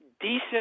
decent